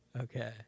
Okay